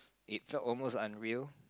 it felt almost unreal